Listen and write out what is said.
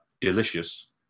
delicious